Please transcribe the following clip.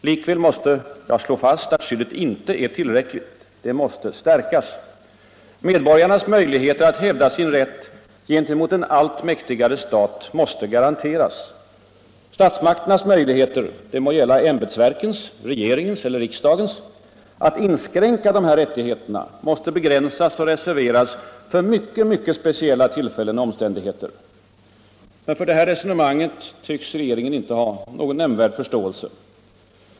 Likväl måste jag slå fast att skyddet inte är tillräckligt. Det måste stärkas. Medborgarnas möjligheter att hävda sin rätt gentemot en allt mäktigare stat måste garanteras. Statsmakternas möjligheter — de må gälla ämbetsverkens, regeringens eller riksdagens —att inskränka dessa rättigheter måste begränsas och reserveras för mycket, mycket speciella tillfällen och omständigheter. För detta resonemang har regeringen tydligen ingen nämnvärd förståelse.